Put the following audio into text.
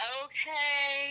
okay